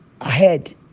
ahead